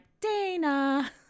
Dana